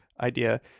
idea